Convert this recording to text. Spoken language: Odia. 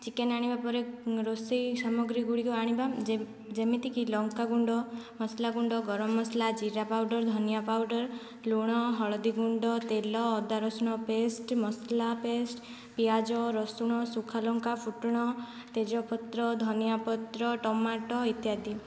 ଚିକେନ ଆଣିବା ପରେ ରୋଷେଇ ସାମଗ୍ରୀ ଗୁଡ଼ିକ ଆଣିବା ଯେମିତିକି ଲଙ୍କା ଗୁଣ୍ଡ ମସଲା ଗୁଣ୍ଡ ଗରମ ମସଲା ଜିରା ପାଉଡ଼ର ଧନିଆ ପାଉଡ଼ର ଲୁଣ ହଳଦୀ ଗୁଣ୍ଡ ତେଲ ଅଦା ରସୁଣ ପେଷ୍ଟ ମସଲା ପେଷ୍ଟ ପିଆଜ ରସୁଣ ଶୁଖା ଲଙ୍କା ଫୁଟଣ ତେଜ ପତ୍ର ଧନିଆ ପତ୍ର ଟମାଟୋ ଇତ୍ୟାଦି